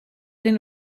den